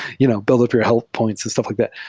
you know build up your health points and stuff like that.